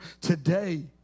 today